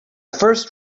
first